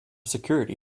security